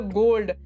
gold